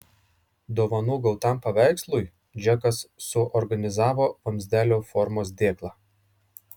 dovanų gautam paveikslui džekas suorganizavo vamzdelio formos dėklą